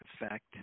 effect